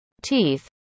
teeth